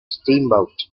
steamboat